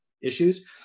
issues